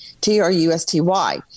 T-R-U-S-T-Y